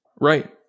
Right